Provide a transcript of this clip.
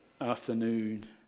afternoon